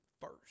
First